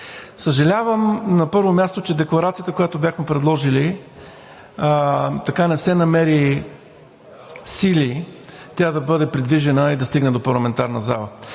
съжалявам, че декларацията, която бяхме предложили, не се намериха сили да бъде придвижена и да стигне до парламентарната зала.